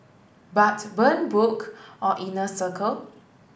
but burn book or inner circle